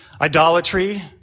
idolatry